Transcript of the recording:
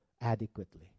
adequately